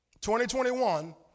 2021